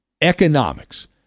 economics